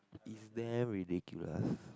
is there ridiculous